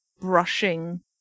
brushing